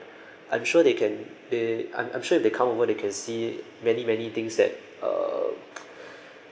I'm sure they can they I'm I'm sure if they come over they can see many many things that err